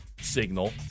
signal